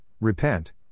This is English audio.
Repent